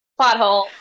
pothole